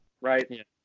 right